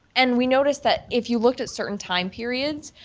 and we noticed that if you looked at certain time periods,